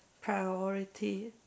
priority